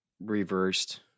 reversed